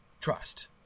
trust